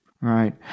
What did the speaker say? Right